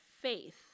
faith